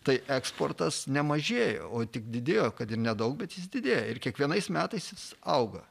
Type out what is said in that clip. tai eksportas nemažėjo o tik didėjo kad ir nedaug bet jis didėja ir kiekvienais metais jis auga